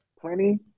Plenty